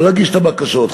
לא להגיש את הבקשות,